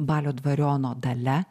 balio dvariono dalia